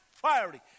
priority